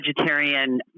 vegetarian